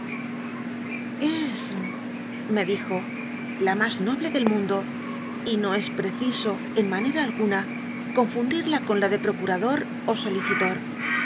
me elijo la mas noble del mundo y no es preciso en mancm algun t confundirla con la de procurador ó